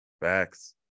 Facts